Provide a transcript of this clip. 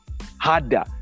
harder